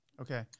Okay